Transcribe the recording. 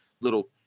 little